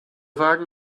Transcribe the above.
wagen